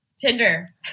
Tinder